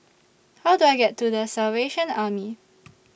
How Do I get to The Salvation Army